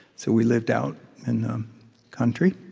so we lived out in the country.